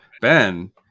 ben